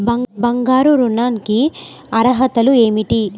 బంగారు ఋణం కి అర్హతలు ఏమిటీ?